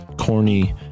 corny